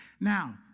Now